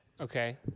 okay